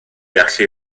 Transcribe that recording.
gallu